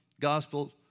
Gospel